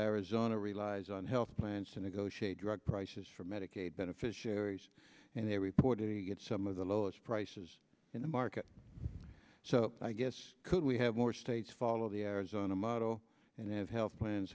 arizona relies on health plans to negotiate drug prices for medicaid beneficiaries and they reported some of the lowest prices in the market so i guess could we have more states follow the arizona model and have health plans